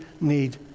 need